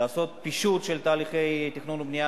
לעשות פישוט של תהליכי תכנון ובנייה,